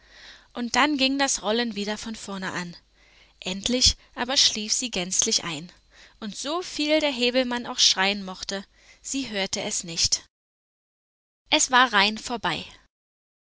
und dann ging das rollen wieder von vorne an endlich aber schlief sie gänzlich ein und so viel häwelmann auch schreien mochte sie hörte es nicht es war rein vorbei